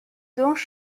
dont